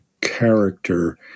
character